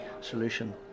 solution